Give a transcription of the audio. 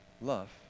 love